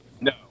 no